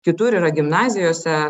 kitur yra gimnazijose